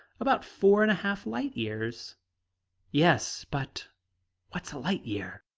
about four and a half light-years. yes, but what's a light-year?